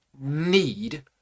need